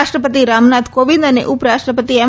રાષ્ટ્રપતિ રામનાથ કોવિંદ અને ઉપરાષ્ટ્રપતિ એમ